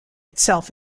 itself